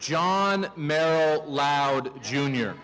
john loud junior